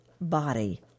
body